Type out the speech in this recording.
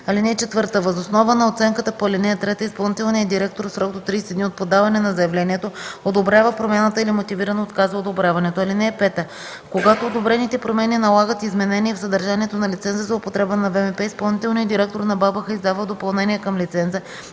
(4) Въз основа на оценката по ал. 3 изпълнителният директор в срок до 30 дни от подаване на заявлението одобрява промяната или мотивирано отказва одобряването. (5) Когато одобрените промени налагат изменение в съдържанието на лиценза за употреба на ВМП, изпълнителният директор на БАБХ издава допълнение към лиценза